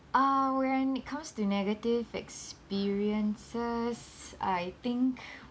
uh when it comes to negative experiences I think